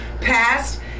passed